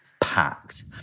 packed